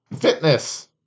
Fitness